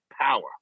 power